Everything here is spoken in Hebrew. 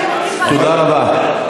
תודה רבה.